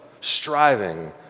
striving